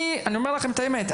אני אומר לכם את האמת,